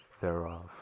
thereof